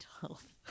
health